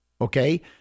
okay